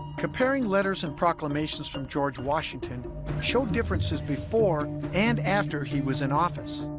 comparing letters and proclamations from george washington showed differences before and after he was in office